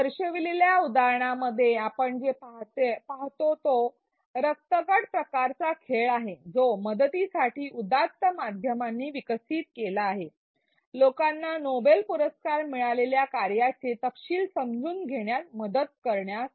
दर्शविलेल्या उदाहरणामध्ये आपण जे पाहतो तो रक्तगट प्रकारचा खेळ आहे जो मदतीसाठी उदात्त माध्यमांनी विकसित केला आहे लोकांना नोबेल पुरस्कार मिळालेल्या कार्याचे तपशील समजून घेण्यात मदत करण्यासाठी